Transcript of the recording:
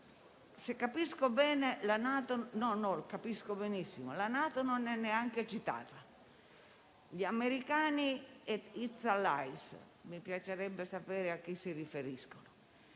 Se capisco bene, anzi lo capisco benissimo, la NATO non è neanche citata. Si citano gli americani «and its allies»: mi piacerebbe sapere a chi si riferiscono.